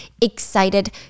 excited